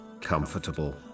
comfortable